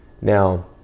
Now